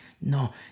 No